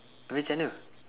abeh macam mana